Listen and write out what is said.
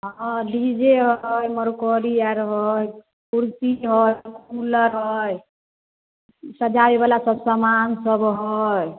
आ हँ D J हय मरकरी आर हए कुर्सी हए कूलर हए सजाबेबला सब समान सब हए